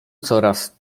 coraz